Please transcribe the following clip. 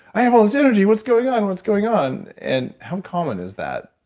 i have all this energy. what's going on. what's going on? and how common is that?